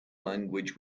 language